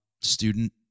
student